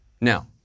Now